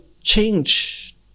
change